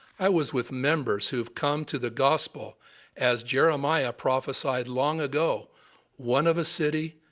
i was with members who have come to the gospel as jeremiah prophesied long ago one of a city,